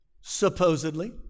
supposedly